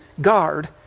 guard